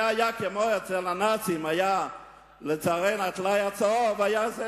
זה היה כמו הטלאי הצהוב אצל הנאצים.